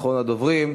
אחרון הדוברים.